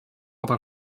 ordre